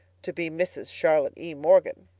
to be mrs. charlotte e. morgan.